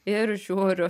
ir žiūriu